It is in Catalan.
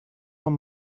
bon